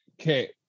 Okay